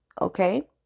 okay